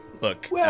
Look